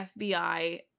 FBI